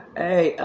hey